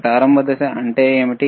ప్రారంభ దశ ఏమిటి